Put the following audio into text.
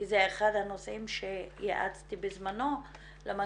כי זה אחד הנושאים שיעצתי בזמנו למנכ"ל,